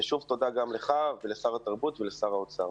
ושוב תודה גם לך, לשר התרבות ולשר האוצר.